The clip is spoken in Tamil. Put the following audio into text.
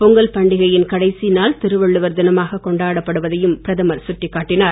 பொங்கல் பண்டிகையின் கடைசி நாள் திருவள்ளுவர் தினமாக கொண்டாடப்படுவதையும் பிரதமர் சுட்டிக் காட்டினார்